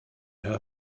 her